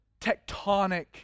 tectonic